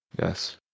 Yes